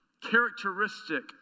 characteristic